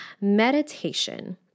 Meditation